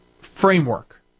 framework